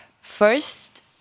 first